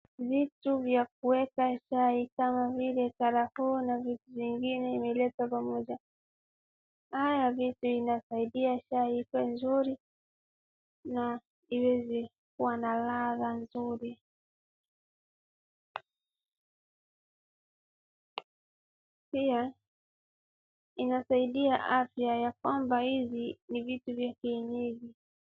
Vitu vya kuweka chai kama vile saratuni na vitu vingine vimeletwa pamoja. Haya vitu vinasaidia chai iwe nzuri na iweze kuwa na ladha nzuri. Pia, inasaidia afya ya kwamba hizi ni vitu vya kienyeji.